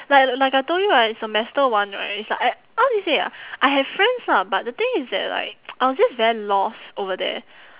like like I told you right semester one right it's like I how do you say ah I have friends lah but the thing is that like I was just very lost over there